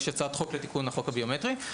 יש הצעת חוק לתיקון החוק הביומטרי.